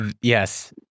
yes